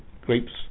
grapes